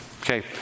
Okay